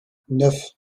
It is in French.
neuf